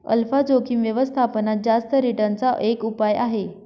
alpha जोखिम व्यवस्थापनात जास्त रिटर्न चा एक उपाय आहे